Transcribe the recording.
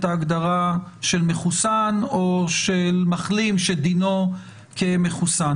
ההגדרה של מחוסן או של מחלים שדינו כמחוסן.